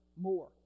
more